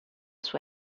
sua